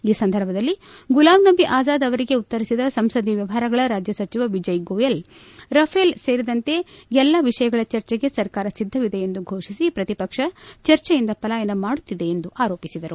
ಈ ಸಂದರ್ಭದಲ್ಲಿ ಗುಲಾಂ ನಬಿ ಆಜಾದ್ ಅವರಿಗೆ ಉತ್ತರಿಸಿದ ಸಂಸದೀಯ ವ್ಯವಹಾರಗಳ ರಾಜ್ಯ ಸಚಿವ ವಿಜಯ್ ಗೋಯಲ್ ರಫೇಲ್ ಸೇರಿದಂತೆ ಎಲ್ಲ ವಿಷಯಗಳ ಚರ್ಚೆಗೆ ಸರ್ಕಾರ ಸಿದ್ದವಿದೆ ಎಂದು ಘೋಷಿಸಿ ಪ್ರತಿಪಕ್ಷ ಚರ್ಚೆಯಿಂದ ಪಲಾಯನ ಮಾಡುತ್ತಿದೆ ಎಂದು ಆರೋಪಿಸಿದರು